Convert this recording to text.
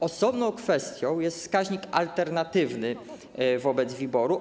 Osobną kwestią jest wskaźnik alternatywny wobec WIBOR-u.